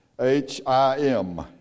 H-I-M